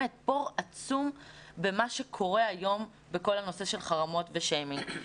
בור עצום במה שקורה היום בכל הנושא של חרמות ושיימינג.